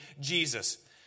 Jesus